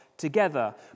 together